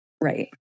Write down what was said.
Right